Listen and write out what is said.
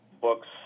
books